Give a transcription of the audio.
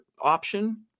option